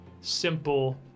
simple